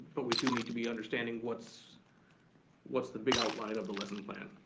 but we do need to be understanding what's what's the big outline of the lesson plan.